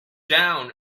down